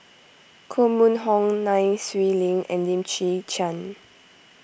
Koh Mun Hong Nai Swee Leng and Lim Chwee Chian